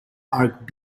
arched